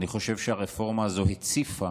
אני חושב שהרפורמה הזו הציפה